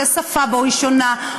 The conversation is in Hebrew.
שהשפה שלו שונה,